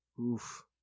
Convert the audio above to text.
Oof